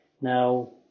Now